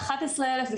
ו-11 אלף,